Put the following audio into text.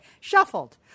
shuffled